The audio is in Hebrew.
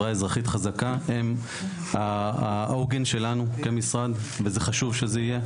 הם העוגן שלנו כמשרד וזה חשוב שזה יהיה,